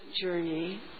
journey